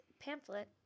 pamphlet